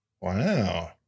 Wow